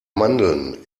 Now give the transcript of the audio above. mandeln